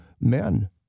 men